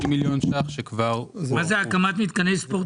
מיליון שקל שכבר --- הקמת מתקני ספורט,